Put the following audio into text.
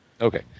Okay